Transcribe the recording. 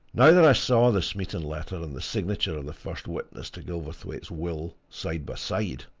now that i saw the smeaton letter and the signature of the first witness to gilverthwaite's will, side by side,